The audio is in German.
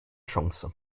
chance